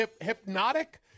hypnotic